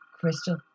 crystal